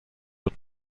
wird